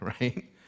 right